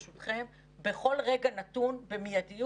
יש פערים מאוד גדולים בהיבט הזה.